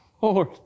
Lord